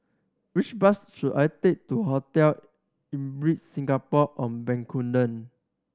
which bus should I take to Hotel Ibis Singapore On Bencoolen